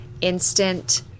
instant